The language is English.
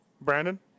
Brandon